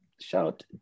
shout